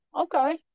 okay